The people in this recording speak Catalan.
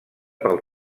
pel